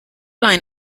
line